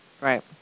Right